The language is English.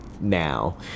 now